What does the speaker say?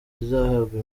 uzahabwa